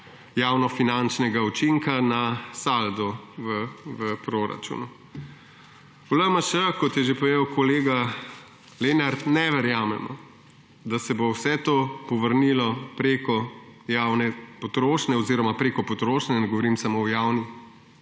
javnofinančnega učinka na saldo v proračunu. V LMŠ, kot je že povedal kolega Lenart, ne verjamemo, da se bo vse to povrnilo preko javne potrošnje oziroma preko potrošnje, ne govorim samo o javni